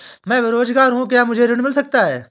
मैं बेरोजगार हूँ क्या मुझे ऋण मिल सकता है?